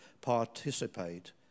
participate